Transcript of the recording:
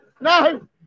no